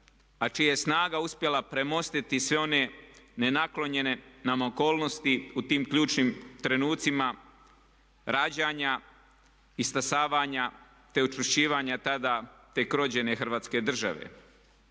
a čija je snaga uspjela premostiti sve one nenaklonjene nam okolnosti u tim ključnim trenucima rađanja te učvršćivanja tada tek rođene Hrvatske države